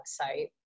website